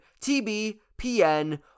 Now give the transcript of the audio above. TBPN